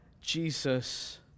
Jesus